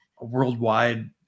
worldwide